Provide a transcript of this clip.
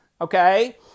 Okay